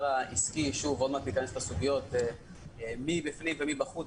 העסקי ועוד מעט ניכנס לסוגיות מי בפנים ומי בחוץ